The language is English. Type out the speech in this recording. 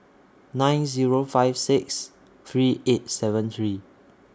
nine Zero five six three eight seven three